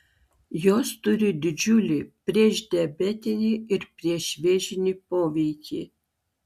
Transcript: jos turi didžiulį priešdiabetinį ir priešvėžinį poveikį